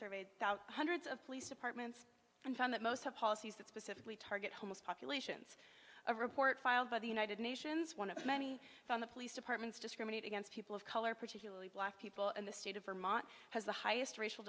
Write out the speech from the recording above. surveyed hundreds of police departments and found that most have policies that specifically target host populations a report filed by the united nations one of many from the police departments discriminate against people of color particularly black people in the state of vermont has the highest racial